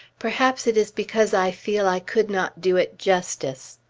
perhaps it is because i feel i could not do it justice.